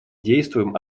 действуем